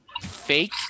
Fake